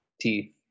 teeth